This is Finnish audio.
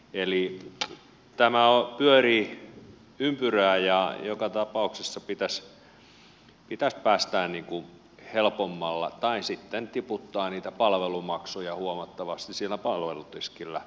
eli tämä pyörii ympyrää ja joka tapauksessa pitäisi päästää helpommalla tai sitten tiputtaa niitä palvelumaksuja huomattavasti siinä palvelutiskillä